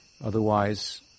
Otherwise